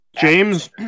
James